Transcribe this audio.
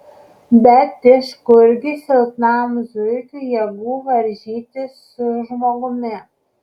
bet iš kurgi silpnam zuikiui jėgų varžytis su žmogumi